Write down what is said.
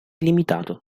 limitato